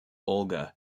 olga